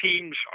teams